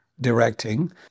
directing